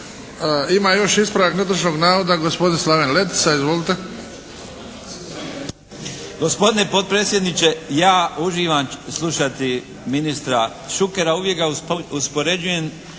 Ima još ispravak netočnog navoda gospodin Slaven Letica. Izvolite.